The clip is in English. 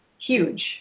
huge